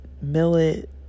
millet